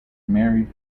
married